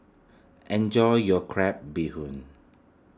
enjoy your Crab Bee Hoon